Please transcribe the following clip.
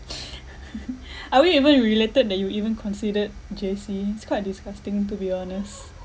are we even related that you even considered J_C it's quite disgusting to be honest